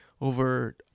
over